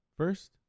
first